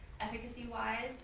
efficacy-wise